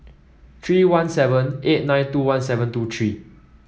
three one seven eight nine two one seven two three